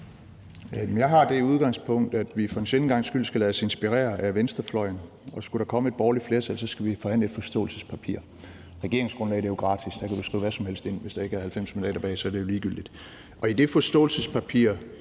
Jeg har det udgangspunkt, at vi for en sjælden gangs skyld skal lade os inspirere af venstrefløjen, og skulle der komme et borgerligt flertal, skal vi forhandle et forståelsespapir. Et regeringsgrundlag er gratis; der kan du skrive hvad som helst ind. Hvis der ikke er 90 mandater bag, er det jo ligegyldigt. Og det forståelsespapir